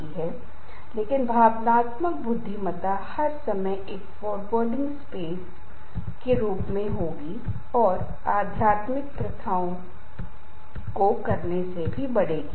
इसी तरह योगासनों में शवासन या योग निद्रा सक्रिय आवाज थी आप सक्रिय आवाज सुनते हैं और उसी के अनुसार आप अपने मन की स्थिति को तनाव से निपटने के लिए भी समझेंगे